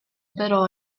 però